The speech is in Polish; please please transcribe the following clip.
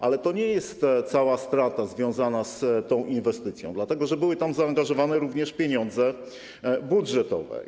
Ale to nie jest cała strata związana z tą inwestycją, dlatego że były tam zaangażowane również pieniądze budżetowe.